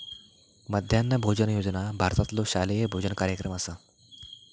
मध्यान्ह भोजन योजना भारतातलो शालेय भोजन कार्यक्रम असा